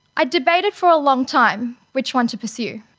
i debated for a long time which one to pursue.